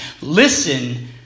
Listen